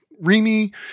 Remy